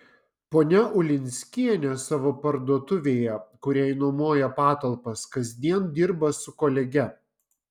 ponia ulinskienė savo parduotuvėje kuriai nuomoja patalpas kasdien dirba su kolege